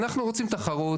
אנחנו רוצים תחרות,